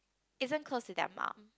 isn't close to their mum